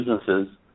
businesses